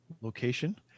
location